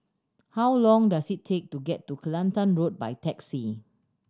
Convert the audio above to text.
how long does it take to get to Kelantan Road by taxi